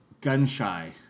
gun-shy